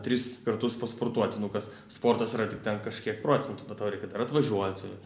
tris kartus pasportuoti nu kas sportas yra tik ten kažkiek procentų bet tau reikia dar atvažiuoti